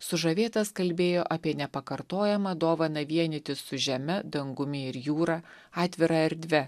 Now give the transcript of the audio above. sužavėtas kalbėjo apie nepakartojamą dovaną vienytis su žeme dangumi ir jūra atvira erdve